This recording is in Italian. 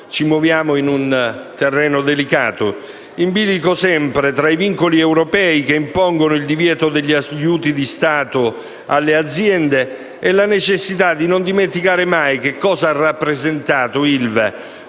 ci muoviamo in un terreno delicato, in bilico sempre tra i vincoli europei che impongono il divieto degli aiuti di Stato alle aziende e la necessità di non dimenticare mai che cosa ha rappresentato l'ILVA